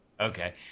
Okay